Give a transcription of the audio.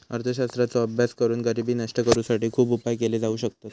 अर्थशास्त्राचो अभ्यास करून गरिबी नष्ट करुसाठी खुप उपाय केले जाउ शकतत